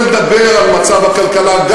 אני רוצה לדבר על מצב הכלכלה,